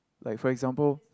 like for example